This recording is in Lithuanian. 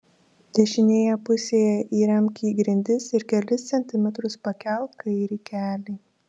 dešinėje pusėje įremk į grindis ir kelis centimetrus pakelk kairį kelį